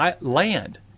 land